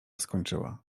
skończyła